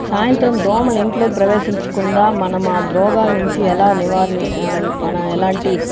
సాయంత్రం దోమలు ఇంట్లోకి ప్రవేశించకుండా మనం ఆ రోగాల నుంచి ఎలా నివారణ మనం ఎలాంటి